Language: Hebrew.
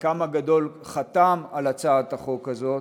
חלקם הגדול חתם על הצעת החוק הזאת,